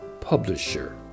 publisher